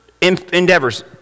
endeavors